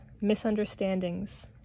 misunderstandings